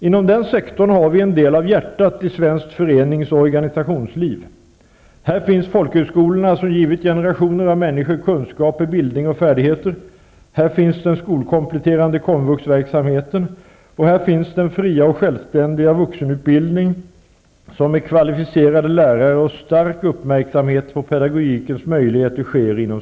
Inom den sektorn har vi en del av hjärtat i svenskt förenings och organisationsliv. Här finns folkhögskolorna som givit generationer av människor kunskaper, bildning och färdigheter. Här finns den skolkompletterande komvuxverksamheten och här finns den fria och självständiga vuxenutbildningen som sker inom studieförbunden med kvalificerade lärare och stark uppmärksamhet på pedagogikens möjligheter.